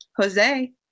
Jose